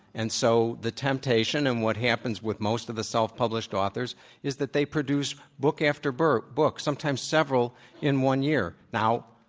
and so, the temptation and what happens with most of the self published authors is that they produce book after book book sometimes several in one year. now,